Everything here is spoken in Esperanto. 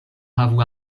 havu